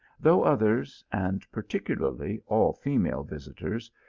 though others, and particularly all female visitors,